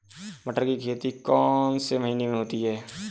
मटर की खेती कौन से महीने में होती है?